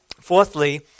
Fourthly